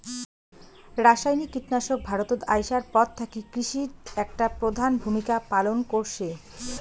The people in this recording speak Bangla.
রাসায়নিক কীটনাশক ভারতত আইসার পর থাকি কৃষিত একটা প্রধান ভূমিকা পালন করসে